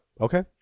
Okay